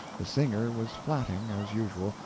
the singer was flatting, as usual,